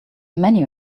many